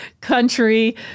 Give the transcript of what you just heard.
country